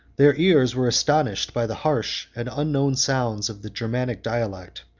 their ears were astonished by the harsh and unknown sounds of the germanic dialect,